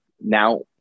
now